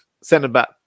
centre-back